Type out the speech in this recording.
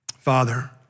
Father